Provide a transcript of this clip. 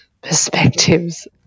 perspectives